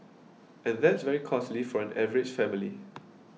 and that's very costly for an average family